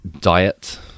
diet